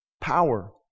power